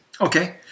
Okay